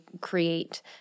create